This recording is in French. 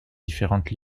différentes